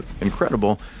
incredible